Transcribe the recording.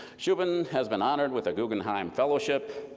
shubin has been honored with a guggenheim fellowship,